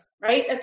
right